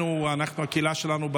הקהילה שלנו,